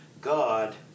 God